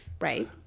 Right